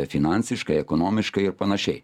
finansiškai ekonomiškai ir panašiai